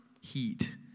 heat